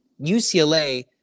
UCLA